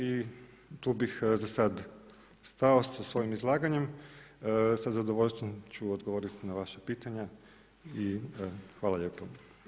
I tu bih za sad stao sa svojim izlaganjem, sa zadovoljstvom ću odgovoriti na vaša pitanja i hvala lijepo.